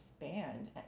expand